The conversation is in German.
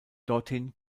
dorthin